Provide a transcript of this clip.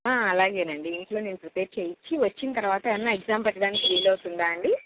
అలాగేనండి ఇంట్లో నేను ప్రిపేర్ చేయించి వచ్చిన తర్వాత ఏమైనా ఎగ్జామ్ పెట్టడానికి వీలవుతుందా అండి